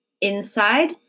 Inside